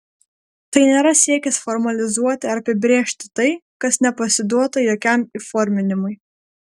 tai nėra siekis formalizuoti ar apibrėžti tai kas nepasiduota jokiam įforminimui